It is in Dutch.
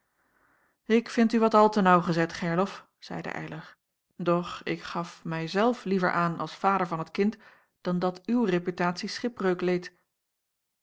ik vind u wat al te naauwgezet gerlof zeide eylar doch ik gaf mij zelf liever aan als vader van het kind dan dat uw reputatie schipbreuk leed